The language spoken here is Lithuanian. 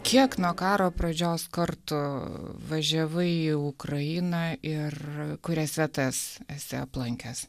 kiek nuo karo pradžios kartų važiavai į ukrainą ir kurias vietas esi aplankęs